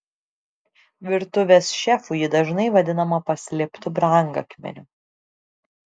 virtuvės šefų ji dažnai vadinama paslėptu brangakmeniu